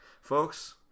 Folks